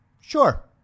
Sure